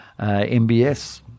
MBS